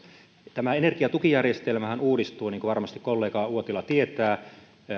tämä energiatukijärjestelmähän uudistuu niin kuin varmasti kollega uotila tietää